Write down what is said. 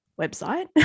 website